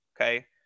okay